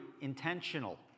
intentional